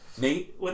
Nate